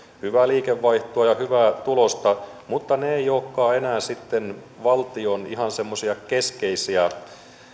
hyvää liikevaihtoa ja hyvää tulosta mutta ne eivät olekaan enää sitten valtion ihan semmoisia keskeisiä